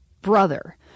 brother-